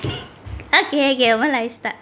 okay okay 我们来 start